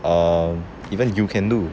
um even you can do